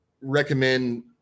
recommend